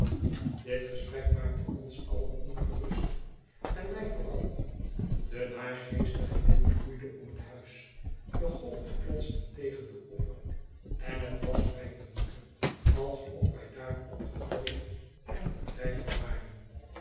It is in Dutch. dit gesprek maakte ons alien ongemst en mij vooral de naargeestige wind loeide om het huis de golven klotsten tegen den oever en het was mij te moede alsof wij daar opgekooidenbedreigd waren